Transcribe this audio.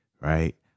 right